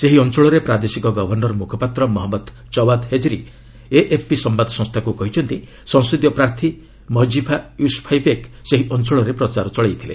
ସେହି ଅଞ୍ଚଳରେ ପ୍ରାଦେଶିକ ଗଭର୍ଷର୍ ମ୍ରଖପାତ୍ର ମହଞ୍ଜଦ ଯାୱାଦ ହେଜରୀ ଏଏଫ୍ପି ସମ୍ଘାଦ ସଂସ୍ଥାକ୍ର କହିଛନ୍ତି ସଂସଦୀୟ ପ୍ରାର୍ଥୀ ମଜିଫା ୟୁସ୍ଫାଇବେକ୍ ସେହି ଅଞ୍ଚଳରେ ପ୍ରଚାର କର୍ଥିଲେ